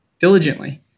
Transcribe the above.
diligently